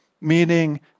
Meaning